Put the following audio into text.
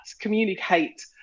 communicate